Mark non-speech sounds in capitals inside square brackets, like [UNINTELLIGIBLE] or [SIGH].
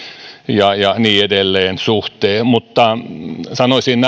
ja ja niin edelleen suhteen mutta sanoisin [UNINTELLIGIBLE]